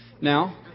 now